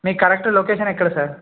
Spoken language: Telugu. మీ కరక్ట్ లొకేషన్ ఎక్కడ సార్